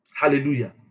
Hallelujah